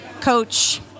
coach